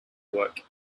work